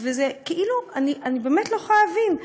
וזה כאילו, אני באמת לא יכולה להבין.